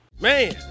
Man